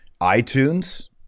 iTunes